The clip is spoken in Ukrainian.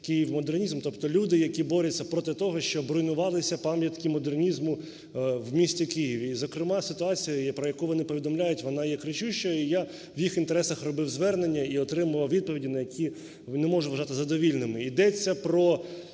тобто люди, які борються проти того, щоб руйнувалися пам'ятки модернізму в місті Києві. І, зокрема, ситуація є, про яку вони повідомляють, вона є кричущою, я в їх інтересах робив звернення і отримував відповіді, на які… не можу вважати задовільними. Йдеться про